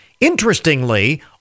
Interestingly